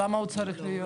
למה הוא צריך להיות?